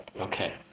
okay